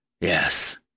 Yes